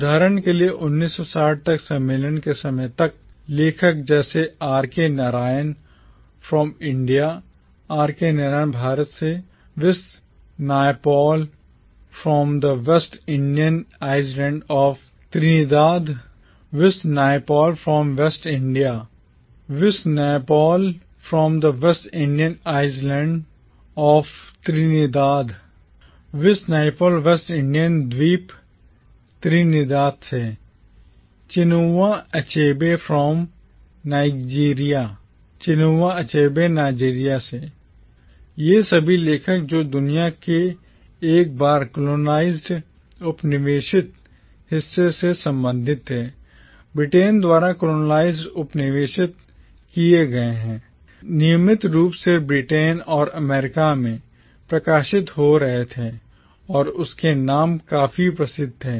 उदाहरण के लिए1960 तक सम्मेलन के समय तक लेखक जैसे RK Narayan from India RK Narayan Bharat से VS Naipaul from the West Indian island of Trinidad VS Naipaul West Indian द्वीप त्रिनिदाद से Chinua Achebe from Nigeria Chinua Achebe Nigeria से ये सभी लेखक जो दुनिया के एक बार colonised उपनिवेशित हिस्से से संबंधित थे ब्रिटेन द्वारा colonized उपनिवेशित किए गए नियमित रूप से ब्रिटेन और अमेरिका में प्रकाशित हो रहे थे और उनके नाम काफी प्रसिद्ध थे